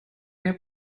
mehr